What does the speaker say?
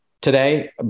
today